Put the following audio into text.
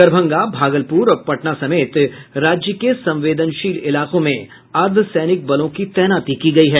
दरभंगा भागलपुर और पटना समेत राज्य के संवेदनशील इलाकों में अर्द्वसैनिक बलों की तैनाती की गयी है